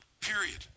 Period